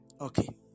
Okay